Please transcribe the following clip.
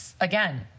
again